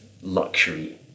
luxury